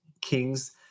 kings